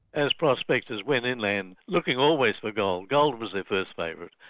as prospectors went inland, looking always for gold, gold was their first favourite,